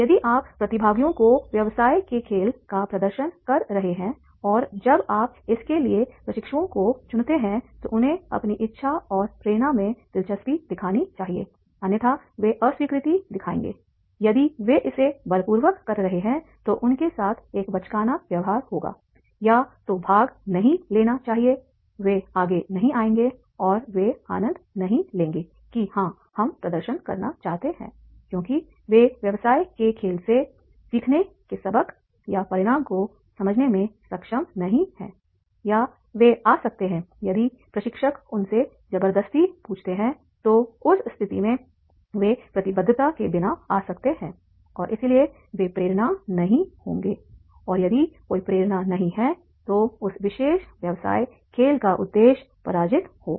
यदि आप प्रतिभागियों को व्यवसाय के खेल का प्रदर्शन कर रहे हैं और जब आप इसके लिए प्रशिक्षुओं को चुनते हैं तो उन्हें अपनी इच्छा और प्रेरणा में दिलचस्पी दिखानी चाहिए अन्यथा वे अस्वीकृति दिखाएंगे यदि वे इसे बलपूर्वक कर रहे हैं तो उनके साथ एक बचकाना व्यवहार होगा या तो भाग नहीं लेना चाहिए वे आगे नहीं आएंगे और वे आनंद नहीं लेंगे कि हां हम प्रदर्शन करना चाहते हैं क्योंकि वे व्यवसाय के खेल में सीखने के सबक या परिणाम को समझने में सक्षम नहीं हैं या वे आ सकते हैं यदि प्रशिक्षक उनसे जबरदस्ती पूछते हैं तो उस स्थिति में वे प्रतिबद्धता के बिना आ सकते हैं और इसलिए वे प्रेरणा नहीं होंगे और यदि कोई प्रेरणा नहीं है तो उस विशेष व्यवसाय खेल का उद्देश्य पराजित होगा